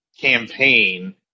campaign